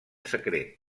secret